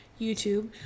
YouTube